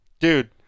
dude